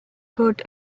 good